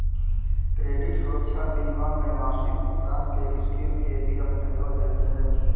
credit सुरक्षा बीमा मे मासिक भुगतान के स्कीम के भी अपनैलो गेल छै